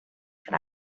can